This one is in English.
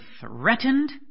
threatened